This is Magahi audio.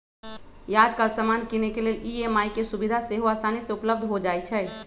याजकाल समान किनेके लेल ई.एम.आई के सुभिधा सेहो असानी से उपलब्ध हो जाइ छइ